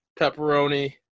pepperoni